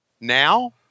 now